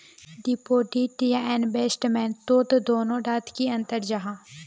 Deposit या investment तोत दोनों डात की अंतर जाहा?